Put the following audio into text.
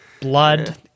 Blood